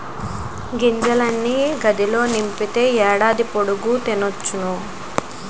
గింజల్ని గాదిలో నింపితే ఏడాది పొడుగు తినొచ్చును